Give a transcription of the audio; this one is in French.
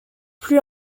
plus